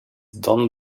done